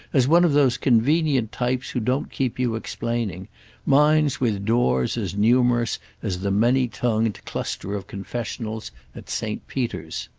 as one of those convenient types who don't keep you explaining minds with doors as numerous as the many-tongued cluster of confessionals at saint peter's.